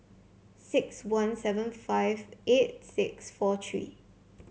six one seven five eight six four three